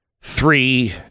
three